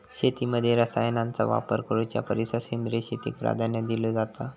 शेतीमध्ये रसायनांचा वापर करुच्या परिस सेंद्रिय शेतीक प्राधान्य दिलो जाता